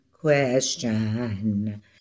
question